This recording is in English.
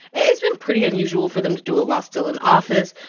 it's been pretty unusual for them to do it while still in office.